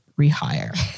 rehire